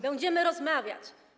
Będziemy rozmawiać.